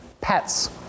Pets